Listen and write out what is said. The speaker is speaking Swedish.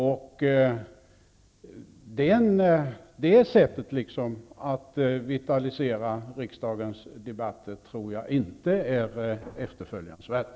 Jag tror inte att det är efterföljansvärt att på det sättet vitalisera riksdagens debatter.